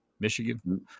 Michigan